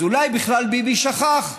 אז אולי בכלל ביבי שכח.